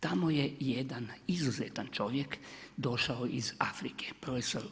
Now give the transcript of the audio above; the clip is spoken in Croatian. Tamo je jedan izuzetan čovjek došao iz Afrike profesor